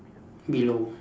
below